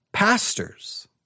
Pastors